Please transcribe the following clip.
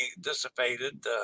dissipated